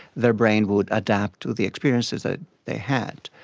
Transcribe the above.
their brain would adapt to the experiences that they had.